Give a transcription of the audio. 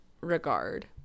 regard